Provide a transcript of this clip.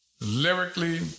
Lyrically